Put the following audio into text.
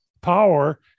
power